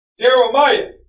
Jeremiah